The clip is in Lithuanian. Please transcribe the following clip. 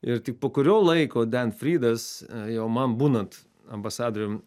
ir tik po kurio laiko frydas jau man būnant ambasadorium